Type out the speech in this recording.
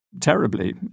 terribly